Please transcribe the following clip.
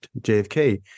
JFK